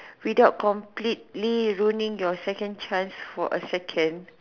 without completely ruining a second chance for your second